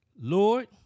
Lord